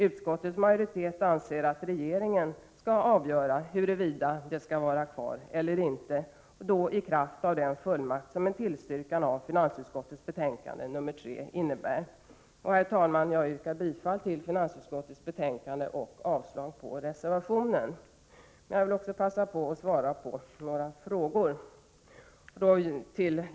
Utskottets majoritet anser att regeringen skall avgöra huruvida det skall vara kvar eller inte, i kraft av den fullmakt som en tillstyrkan av finansutskottets hemställan i betänkande nr 3 innebär. Herr talman! Jag yrkar bifall till finansutskottets hemställan och därmed avslag på reservationen. Jag vill också passa på att svara på några frågor.